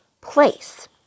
place